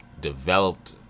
developed